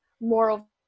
moral